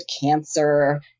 cancer